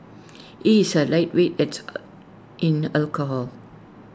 he is A lightweight at in alcohol